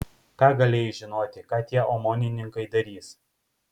ką galėjai žinoti ką tie omonininkai darys